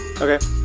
Okay